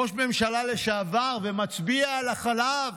ראש ממשלה לשעבר, ומצביע על החלב,